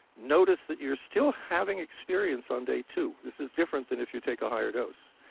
notice that you're still having experience on day two. this is different than if you take a higher dose.